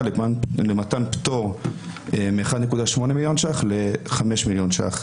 למתן פטור מ-1.8 מיליון ש"ח ל-5 מיליון ש"ח.